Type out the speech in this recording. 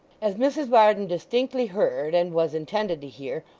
as mrs varden distinctly heard, and was intended to hear,